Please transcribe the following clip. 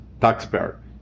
taxpayer